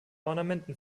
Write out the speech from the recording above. ornamenten